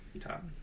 Top